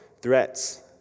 threats